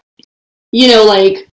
you know, like,